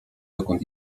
dokąd